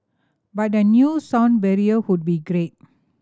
but a new sound barrier be great